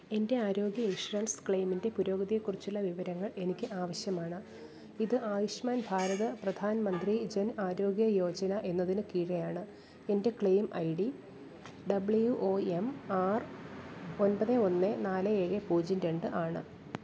എൻ്റെ ആരോഗ്യ ഇൻഷുറൻസ് ക്ലെയിമിൻറ്റെ പുരോഗതിയെക്കുറിച്ചുള്ള വിവരങ്ങൾ എനിക്ക് ആവശ്യമാണ് ഇത് ആയുഷ്മാൻ ഭാരത് പ്രധാൻ മന്ത്രി ജൻ ആരോഗ്യ യോജന എന്നതിന് കീഴെയാണ് എൻ്റെ claim I D W O M R ഒൻപത് ഒന്ന് നാല് ഏഴ് പൂജ്യം രണ്ട് ആണ്